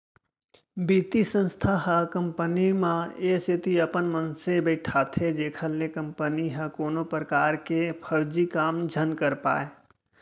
बित्तीय संस्था ह कंपनी म ए सेती अपन मनसे बइठाथे जेखर ले कंपनी ह कोनो परकार के फरजी काम झन कर पाय